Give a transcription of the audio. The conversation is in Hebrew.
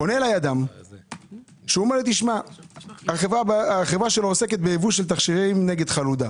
פונה אליי אדם שהחברה שלו עוסקת בייבוא תכשירים נגד חלודה.